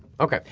okay,